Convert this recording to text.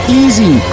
easy